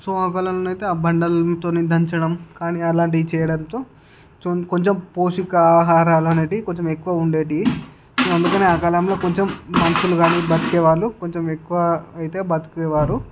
so ఆ కాలంలోఅయితే ఆ బండలతో దంచడం కాలీ అలాంటివి చేయడంతో కొంచం పోషికాహారాలు అనేవి కొంచెం ఎక్కువ ఉండేవి సో అందుకని ఆ కాలంలో కొంచెం మనుషులు కానీ బతికేవారు కొంచెం ఎక్కువ అయితే బతికేవారు